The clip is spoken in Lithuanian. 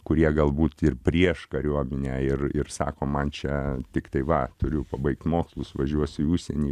kurie galbūt ir prieš kariuomenę ir ir sako man čia tiktai va turiu pabaigt mokslus važiuosiu į užsienį